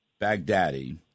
Baghdadi